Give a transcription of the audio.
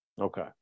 Okay